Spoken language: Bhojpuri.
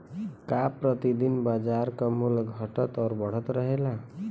का प्रति दिन बाजार क मूल्य घटत और बढ़त रहेला?